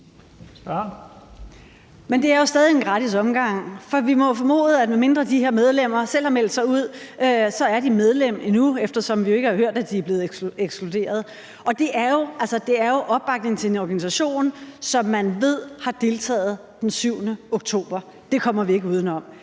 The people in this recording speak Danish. Men det er jo stadig en gratis omgang. For vi må jo formode, at de her medlemmer, medmindre de selv har meldt sig ud, så endnu er medlemmer, eftersom vi jo ikke har hørt, at de er blevet ekskluderet, og det er jo opbakning til en organisation, som man ved har deltaget den 7. oktober. Det kommer vi ikke udenom.